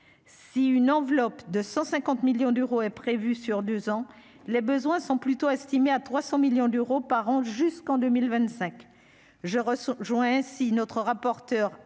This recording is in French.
si une enveloppe de 150 millions d'euros est prévu sur 2 ans, les besoins sont plutôt estimé à 300 millions d'euros par an jusqu'en 2025, je reçois joint ainsi notre rapporteur